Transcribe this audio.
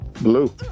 Blue